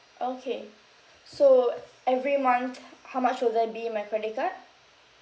okay so every month how much will there be in my credit card